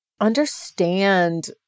Understand